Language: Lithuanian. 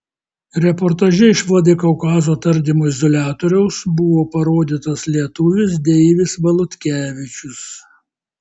reportaže iš vladikaukazo tardymo izoliatoriaus buvo parodytas lietuvis deivis valutkevičius